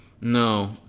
No